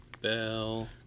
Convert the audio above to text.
Bell